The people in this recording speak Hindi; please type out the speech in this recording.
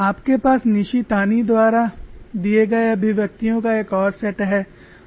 आपके पास निशितानी द्वारा दिए गए अभिव्यक्तियों का एक और सेट है